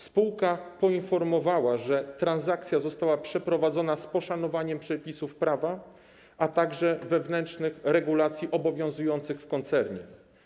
Spółka poinformowała, że transakcja została przeprowadzona z poszanowaniem przepisów prawa, a także wewnętrznych regulacji obowiązujących w koncernie.